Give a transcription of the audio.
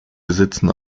besitzen